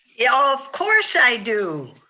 yeah ah of course i do.